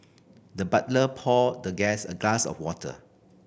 the butler poured the guest a glass of water